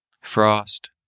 Frost